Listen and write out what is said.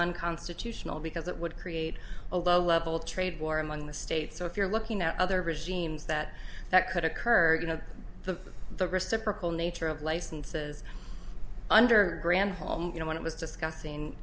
unconstitutional because it would create a low level trade war among the states so if you're looking at other regimes that that could occur you know the the reciprocal nature of licenses under granholm you know when it was discussing